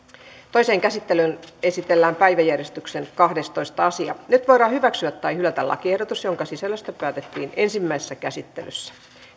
toiseen käsittelyyn esitellään päiväjärjestyksen kahdestoista asia nyt voidaan hyväksyä tai hylätä lakiehdotus jonka sisällöstä päätettiin ensimmäisessä käsittelyssä